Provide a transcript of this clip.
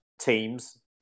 teams